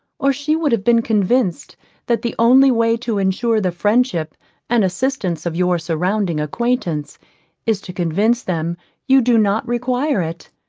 or she would have been convinced that the only way to insure the friendship and assistance of your surrounding acquaintance is to convince them you do not require it,